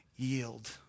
yield